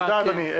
תודה אדוני.